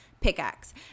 pickaxe